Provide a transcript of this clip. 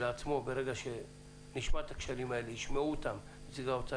ברגע שנשמע את הכשלים האלה וכשישמעו אותם נציגי האוצר,